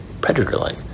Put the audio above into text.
predator-like